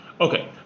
Okay